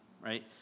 right